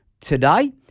today